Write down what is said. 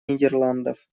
нидерландов